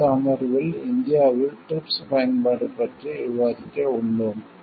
அடுத்த அமர்வில் இந்தியாவில் TRIPS பயன்பாடு பற்றி விவாதிக்க உள்ளோம்